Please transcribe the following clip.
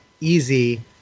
easy